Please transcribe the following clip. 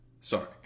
sorry